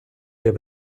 der